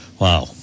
wow